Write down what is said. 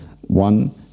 one